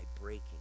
breaking